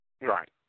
right